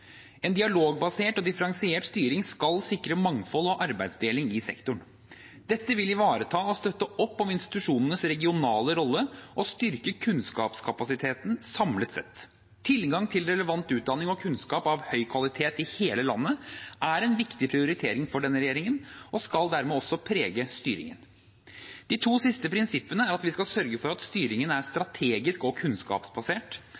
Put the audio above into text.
En dialogbasert og differensiert styring skal sikre mangfold og arbeidsdeling i sektoren. Dette vil ivareta og støtte opp om institusjonenes regionale rolle og styrke kunnskapskapasiteten samlet sett. Tilgang til relevant utdanning og kunnskap av høy kvalitet i hele landet er en viktig prioritering for denne regjeringen og skal dermed også prege styringen. De to siste prinsippene er at vi skal sørge for at styringen er